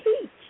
teach